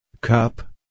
Cup